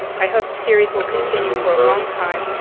i hope the series will continue for a long time